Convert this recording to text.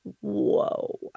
whoa